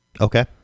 Okay